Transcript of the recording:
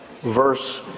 verse